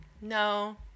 No